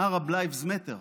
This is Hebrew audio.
Arab Lives Matter,